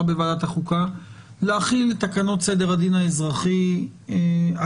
בוועדת החוקה להחיל את תקנות סדר הדין האזרחי הקודמות,